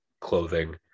clothing